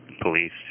police